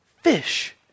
fish